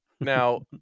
Now